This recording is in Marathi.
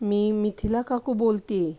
मी मिथिला काकू बोलते आहे